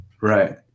Right